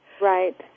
Right